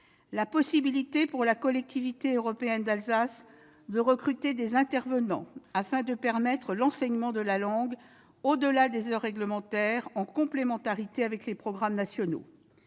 la possibilité, pour la Collectivité européenne d'Alsace, de recruter des intervenants afin de permettre l'enseignement de la langue au-delà des heures réglementaires, en complémentarité avec les programmes nationaux